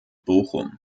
bochum